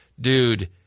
Dude